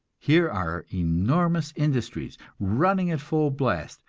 here are enormous industries, running at full blast,